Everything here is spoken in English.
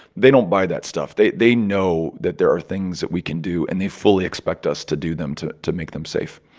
they don't buy that stuff. they they know that there are things that we can do, and they fully expect us to do them to to make them safe